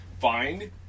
fine